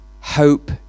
hope